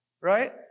right